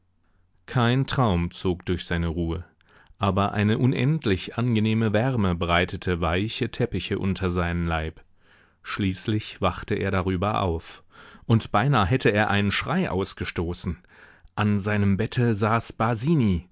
kein traum zog durch seine ruhe aber eine unendlich angenehme wärme breitete weiche teppiche unter seinen leib schließlich wachte er darüber auf und beinahe hätte er einen schrei ausgestoßen an seinem bette saß